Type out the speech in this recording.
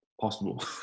possible